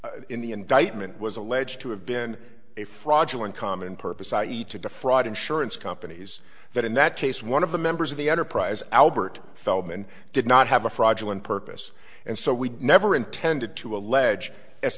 was in the indictment was alleged to have been a fraudulent common purpose i e to defraud insurance companies that in that case one of the members of the enterprise albert feldman did not have a fraudulent purpose and so we never intended to allege as